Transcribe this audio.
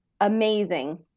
amazing